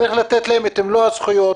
צריך לתת להם את מלוא הזכויות,